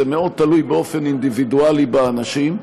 זה מאוד תלוי באופן אינדיבידואלי באנשים.